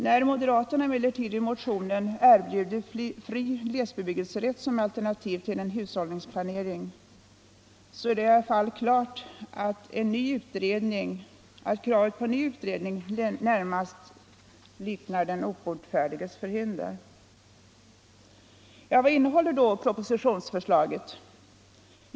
När moderaterna emellertid i motionen erbjuder fri glesbebyggelserätt som alternativ till en hushållningsplanering, så är det väl i alla fall klart att kravet på en ny utredning närmast liknar den obotfärdiges förhinder. Vad innehåller då propositionsförslaget?